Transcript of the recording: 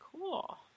Cool